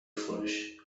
فروش